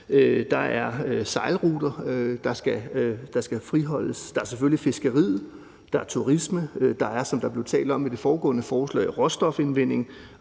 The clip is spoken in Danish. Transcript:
Der er sejlruter, der skal friholdes. Der er selvfølgelig fiskeriet, og der er turisme. Der er, som der blev talt om i forbindelse med det foregående forslag, råstofudvinding